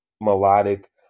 melodic